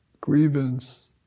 grievance